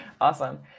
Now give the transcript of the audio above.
Awesome